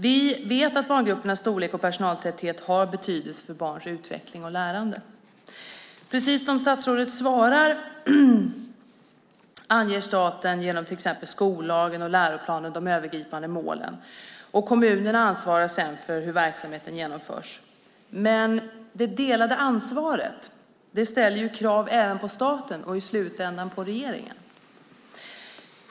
Vi vet att barngruppernas storlek och personaltätheten har betydelse för barns utveckling och lärande. Precis som statsrådet svarar anger staten genom till exempel skollagen och läroplanen de övergripande målen, och kommunerna ansvarar sedan för hur verksamheten genomförs. Det delade ansvaret ställer dock krav även på staten och i slutändan på regeringen.